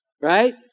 right